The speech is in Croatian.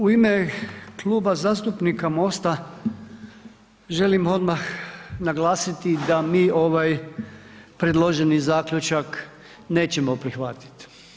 U ime Kluba zastupnika MOSTA želim odmah naglasiti da mi ovaj predloženi zaključak nećemo prihvatiti.